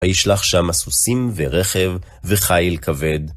ישלח שמה סוסים ורכב וחיל כבד.